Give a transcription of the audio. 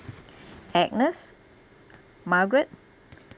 agnes margaret